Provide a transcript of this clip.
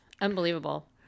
Unbelievable